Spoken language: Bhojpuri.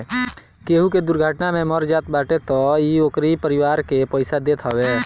केहू के दुर्घटना में मर जात बाटे तअ इ ओकरी परिवार के पईसा देत हवे